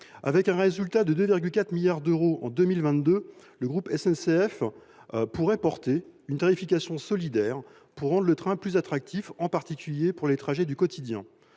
Avec un résultat de 2,4 milliards d’euros en 2022, le groupe SNCF pourrait proposer une tarification solidaire pour rendre le train plus attractif, en particulier pour les trajets du quotidien.